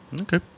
Okay